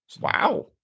Wow